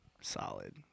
solid